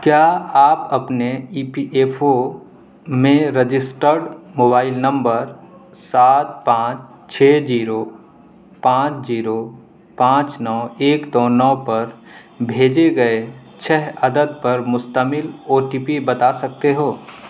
کیا آپ اپنے ای پی ایف او میں رجسٹرڈ موبائل نمبر سات پانچ چھ جیرو پانچ جیرو پانچ نو ایک دو نو پر بھیجے گئے چھ عدد پر مشتمل او ٹی پی بتا سکتے ہو